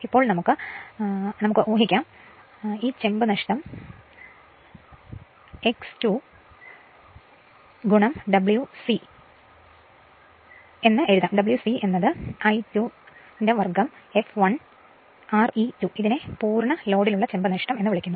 ഇപ്പോൾ നമുക്ക് ആ ചെമ്പ് നഷ്ടം X2 Wc എന്ന് എഴുതാം Wc I2 2 fl Re2 ഇതിനെ പൂർണ്ണ ലോഡ് ചെമ്പ് നഷ്ടം എന്ന് വിളിക്കുന്നു